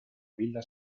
villa